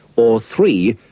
or three,